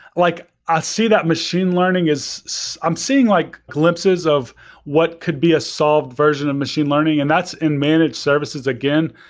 like i see that machine learning is so i'm seeing like glimpses of what could be a solved version of machine learning, and that's in managed services again,